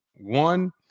one